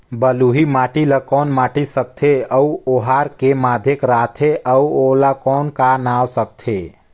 बलुही माटी ला कौन माटी सकथे अउ ओहार के माधेक राथे अउ ओला कौन का नाव सकथे?